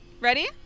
Ready